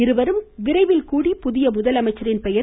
இருவரும் விரைவில் கூடி புதிய முதலமைச்சரின் பெயரை